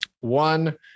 one